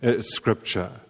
Scripture